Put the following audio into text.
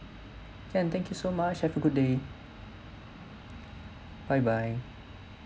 can thank you so much have a good day bye bye